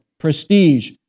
Prestige